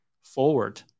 forward